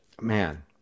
man